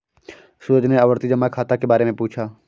सूरज ने आवर्ती जमा खाता के बारे में पूछा